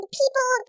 people